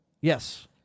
Yes